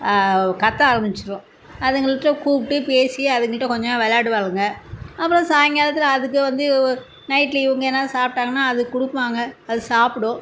கத்த ஆரமிச்சிடும் அதுங்கள்ட்ட கூப்பிட்டு பேசி அதுங்கள்ட்ட கொஞ்ச நேரம் விளையாடுவாளுங்க அப்புறம் சாய்ங்காலத்தில் அதுக வந்து நைட்டில் இவங்க எல்லாம் சாப்பிட்டாங்கன்னா அதுக்கு கொடுப்பாங்க அது சாப்புடும்